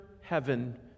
heaven